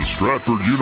Stratford